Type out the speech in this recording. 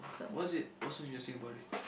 what's it what's so interesting about it